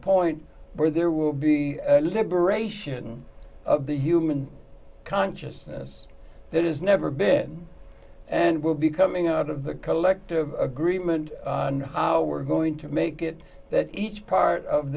point where there will be a liberation of the human consciousness that has never been and will be coming out of the collective agreement on how we're going to make it that each part of